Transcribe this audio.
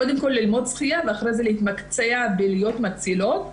קודם כול ללמוד שחייה ואחרי כן להתמקצע ולהיות מצילות.